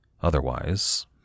Otherwise